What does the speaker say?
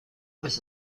was